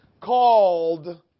called